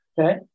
Okay